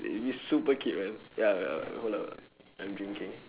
and it's super cute man ya ya hold up uh I'm drinking